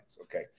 Okay